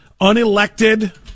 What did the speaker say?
unelected